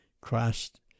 Christ